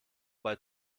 bei